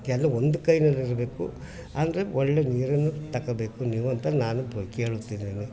ಕೆಲವೊಂದು ಕೈಯಲ್ ಇರಬೇಕು ಅಂದರೆ ಒಳ್ಳೆಯ ನೀರನ್ನು ತಗೋಬೇಕು ನೀವು ಅಂತ ನಾನು ಕೇಳುತ್ತಿದ್ದೇನೆ